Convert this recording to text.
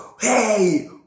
hey